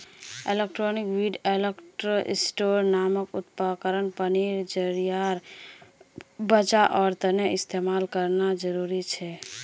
aquatic weed harvester नामक उपकरण पानीर ज़रियार बचाओर तने इस्तेमाल करना ज़रूरी छे